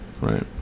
right